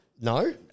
No